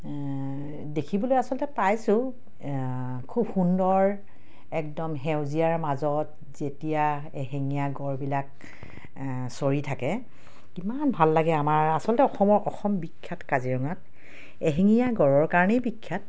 দেখিবলৈ আচলতে পাইছোঁ খুব সুন্দৰ একদম সেউজীয়াৰ মাজত যেতিয়া এশিঙীয়া গঁড়বিলাক চৰি থাকে ইমান ভাল লাগে আমাৰ আচলতে অসমৰ অসম বিখ্যাত কাজিৰঙাত এশিঙীয়া গঁড়ৰ কাৰণেই বিখ্যাত